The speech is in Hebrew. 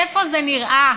איפה זה נראה?